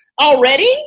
already